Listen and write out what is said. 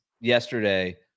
yesterday